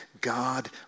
God